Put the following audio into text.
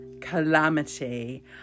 calamity